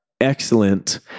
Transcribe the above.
excellent